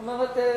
זאת אומרת,